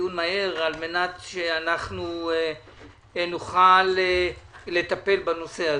על מנת שנוכל לטפל בנושא הזה.